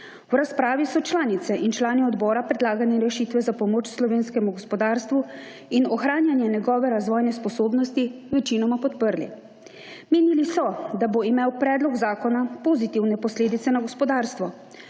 V razpravi so članice in člani Odbora predlagane rešitve za pomoč slovenskemu gospodarstvu in ohranjanje njegove razvojne sposobnosti večinoma podprli. Menili so, da bo imel Predlog zakona pozitivne posledice na gospodarstvo.